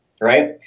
right